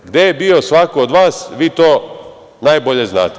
Gde je bio svako od vas, vi to najbolje znate.